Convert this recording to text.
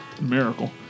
miracle